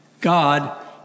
God